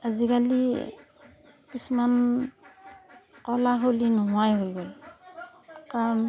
আজিকালি কিছুমান কলা শৈলী নোহোৱাই হৈ গ'ল কাৰণ